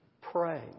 Pray